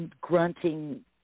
grunting